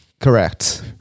Correct